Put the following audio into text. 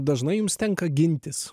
dažnai jums tenka gintis